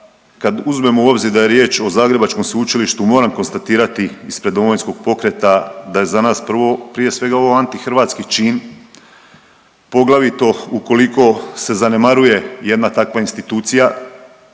kad uzmemo u obzir da je riječ o zagrebačkom sveučilištu moram konstatirati ispred Domovinskog pokreta da je za nas prvo prije sve ovo antihrvatski čin, poglavito ukoliko se zanemaruje jedna takva institucija